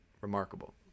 remarkable